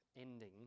ending